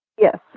Yes